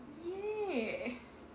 !yay!